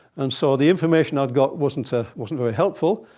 and so the information i'd got wasn't ah wasn't very helpful.